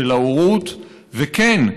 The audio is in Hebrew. של ההורות, וכן,